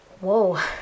Whoa